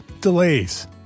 delays